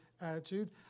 attitude